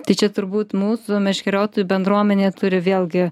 tai čia turbūt mūsų meškeriotojų bendruomenė turi vėlgi